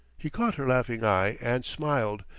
he caught her laughing eye, and smiled,